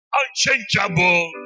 unchangeable